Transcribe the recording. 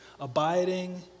abiding